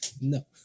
No